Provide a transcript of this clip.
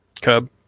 Cub